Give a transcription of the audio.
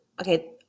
okay